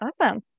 Awesome